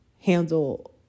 handle